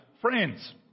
friends